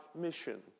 mission